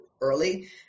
early